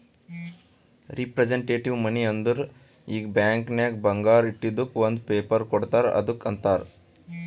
representative ಮನಿ ಅಂದುರ್ ಈಗ ಬ್ಯಾಂಕ್ ನಾಗ್ ಬಂಗಾರ ಇಟ್ಟಿದುಕ್ ಒಂದ್ ಪೇಪರ್ ಕೋಡ್ತಾರ್ ಅದ್ದುಕ್ ಅಂತಾರ್